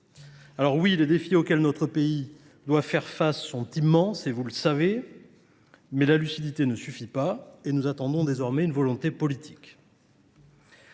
Alors oui, les défis auxquels notre pays doit faire face sont immenses, et vous le savez, mais la lucidité ne suffit pas, et nous attendons désormais une volonté politique.